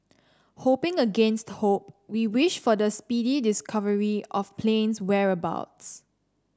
hoping against hope we wish for the speedy discovery of plane's whereabouts